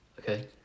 Okay